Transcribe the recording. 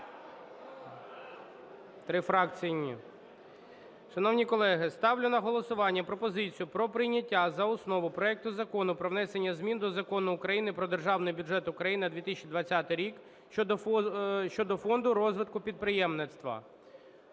Три фракції – ні. Шановні колеги, ставлю на голосування пропозицію про прийняття за основу проект Закону про внесення змін до Закону України "Про Державний бюджет України на 2020 рік" щодо Фонду розвитку підприємництва.